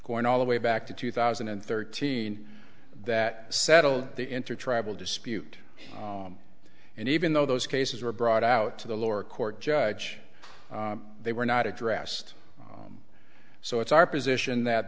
going all the way back to two thousand and thirteen that settled the intertribal dispute and even though those cases were brought out to the lower court judge they were not addressed so it's our position that